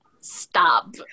stop